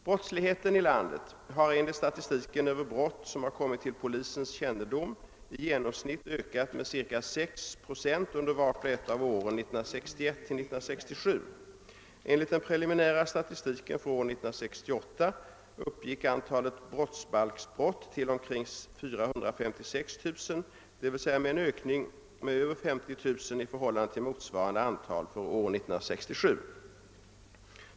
Brottsligheten i landet har enligt statistiken över brott som har kommit till polisens kännedom i genomsnitt ökat med ca 6 procent under vart och ett av åren 1961—1967. Enligt den preliminära statistiken för år 1968 uppgick antalet brottsbalksbrott till omkring 456 000, d.v.s. en ökning med över 50 000 i förhållande till motsvarande antal för år 1967.